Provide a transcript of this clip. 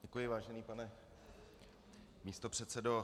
Děkuji, vážený pane místopředsedo.